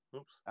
Oops